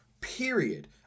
period